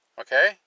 okay